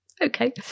Okay